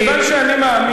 כיוון שאני מאמין,